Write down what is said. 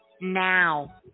now